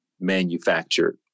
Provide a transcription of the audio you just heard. manufactured